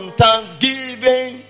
thanksgiving